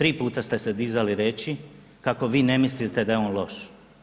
3 puta ste se dizali reći kako bi ne mislite da je on loš.